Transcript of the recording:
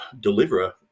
deliverer